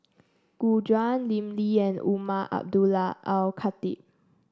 Gu Juan Lim Lee and Umar Abdullah Al Khatib